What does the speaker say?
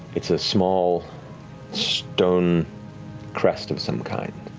it's a small stone crest of some kind.